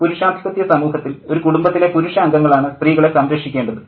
പുരുഷാധിപത്യ സമൂഹത്തിൽ ഒരു കുടുംബത്തിലെ പുരുഷ അംഗങ്ങളാണ് സ്ത്രീകളെ സംരക്ഷിക്കേണ്ടത്